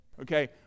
Okay